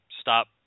stop